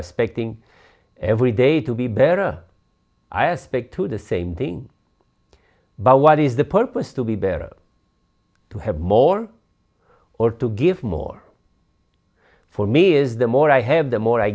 spectating every day to be bearer i aspect to the same thing but what is the purpose to be better to have more or to give more for me is the more i have the more i